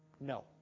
no